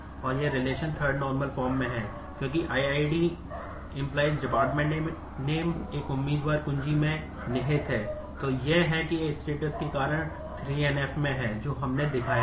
तो यह है कि यह status के कारण 3 NF में है जो हमने दिखाया है